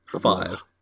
Five